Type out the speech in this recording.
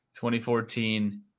2014